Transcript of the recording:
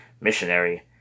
missionary